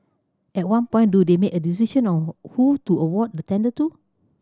at one point do they make a decision on who to award the tender to